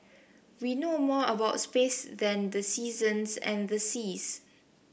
we know more about space than the seasons and the seas